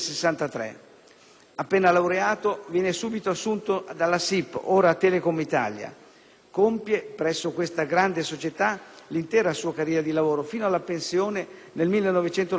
Appena laureato viene subito assunto dalla SIP (ora Telecom Italia). Compie presso questa grande società l'intera sua carriera di lavoro, fino alla pensione nel 1995.